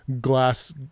glass